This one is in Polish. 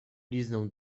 liznął